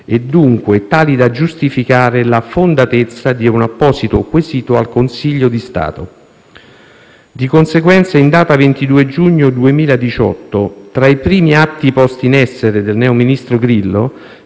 e, dunque, tali da giustificare la fondatezza di un apposito quesito al Consiglio di Stato. Di conseguenza, in data 22 giugno 2018, tra i primi atti posti in essere dal neo ministro Grillo,